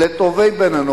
אל טובי בנינו.